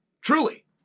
truly